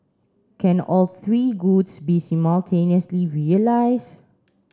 can all three goods be simultaneously realised